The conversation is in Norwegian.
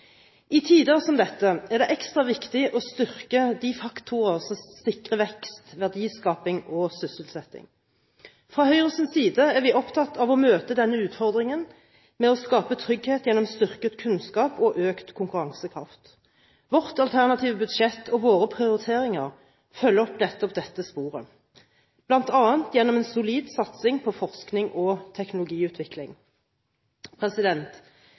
I tider som dette er det ekstra viktig å styrke de faktorer som sikrer vekst, verdiskaping og sysselsetting. Fra Høyres side er vi opptatt av å møte denne utfordringen med å skape trygghet gjennom styrket kunnskap og økt konkurransekraft. Vårt alternative budsjett og våre prioriteringer følger opp nettopp dette sporet, bl.a. gjennom en solid satsing på forskning og teknologiutvikling.